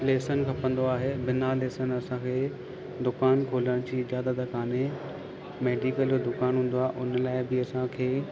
lesson खपंदो आहे बिना लैसन असांखे दुकानु खोलण जी इजाज़त काने मैडिकल जो दुकानु हूंदो आहे हुन लाइ बि असांखे